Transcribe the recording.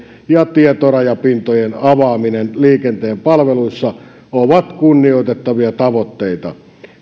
ja tietorajapintojen avaaminen liikenteen palveluissa ovat kunnioitettavia tavoitteita